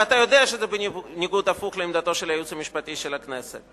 ואתה יודע שזה בניגוד הפוך לעמדתו של הייעוץ המשפטי של הכנסת.